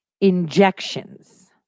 injections